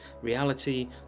reality